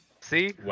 See